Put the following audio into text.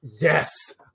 Yes